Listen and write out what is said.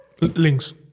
links